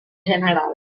general